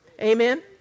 Amen